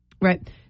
Right